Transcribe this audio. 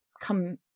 come